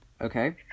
okay